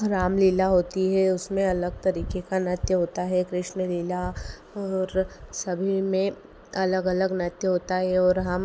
राम लीला होती है उसमें अलग तरीके का नृत्य होता है कृष्ण लीला और सभी में अलग अलग नृत्य होता है और हम